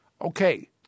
Okay